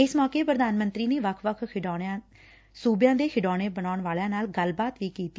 ਇਸ ਮੋਕੇ ਪੁਧਾਨ ਮੰਤਰੀ ਨੇ ਵੱਖ ਸੁਬਿਆ ਦੇ ਖਿਡੌਣੇ ਬਣਾਉਣ ਵਾਲਿਆ ਨਾਲ ਗੱਲਬਾਤ ਵੀ ਕੀਤੀ